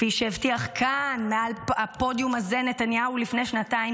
כפי שהבטיח כאן מעל הפודיום הזה נתניהו לפני שנתיים,